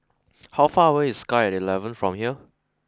how far away is Sky Eleven from here